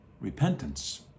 repentance